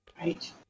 Right